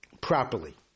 properly